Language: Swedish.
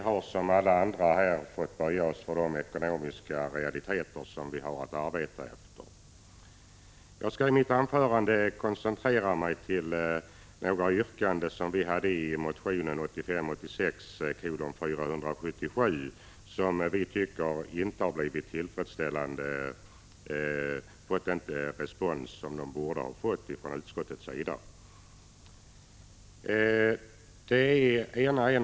Men liksom alla andra har också vi fått böja oss för de ekonomiska realiteter som gäller i detta sammanhang. I detta anförande skall jag koncentrera mig på några yrkanden i vår motion 1985/86:477. Vi tycker inte att våra yrkanden har fått den respons från utskottets sida som de borde ha fått.